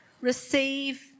Receive